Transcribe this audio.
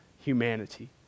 humanity